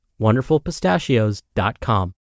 wonderfulpistachios.com